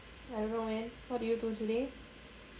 I don't know man what did you do today